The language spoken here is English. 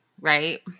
right